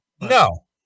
No